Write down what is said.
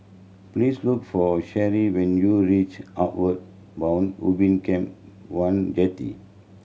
please look for Shelly when you reach Outward Bound Ubin Camp One Jetty